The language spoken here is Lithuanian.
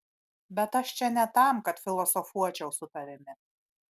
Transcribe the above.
bet aš čia ne tam kad filosofuočiau su tavimi